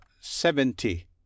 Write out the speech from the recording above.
seventy